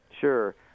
Sure